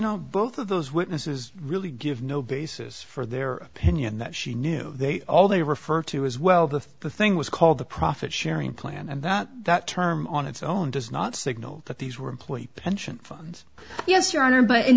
know both of those witnesses really give no basis for their opinion that she knew they all they refer to as well the thing was called the profit sharing plan and that that term on its own does not signal that these were employee pension funds yes your honor but in